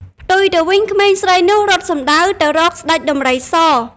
ផ្ទុយទៅវិញក្មេងស្រីនោះរត់សំដៅទៅរកស្ដេចដំរីស ។